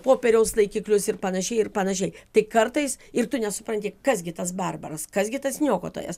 popieriaus laikiklius ir panašiai ir panašiai tik kartais ir tu nesupranti kas gi tas barbaras kas gi tas niokotojas